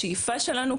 השאיפה שלנו,